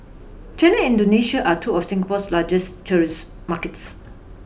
China Indonesia are two of Singapore's largest tourism markets